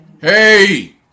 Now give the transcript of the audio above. Hey